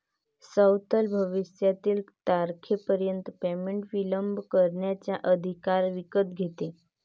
सवलत भविष्यातील तारखेपर्यंत पेमेंट विलंब करण्याचा अधिकार विकत घेते